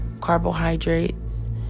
carbohydrates